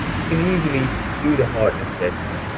you can easily do the hardness testing.